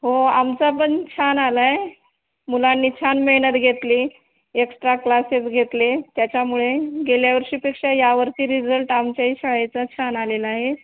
हो आमचा पण छान आला आहे मुलांनी छान मेहनत घेतली एक्श्ट्रा क्लासेस घेतले त्याच्यामुळे गेल्या वर्षीपेक्षा यावरती रिझल्ट आमच्याही शाळेचा छान आलेला आहे